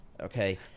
Okay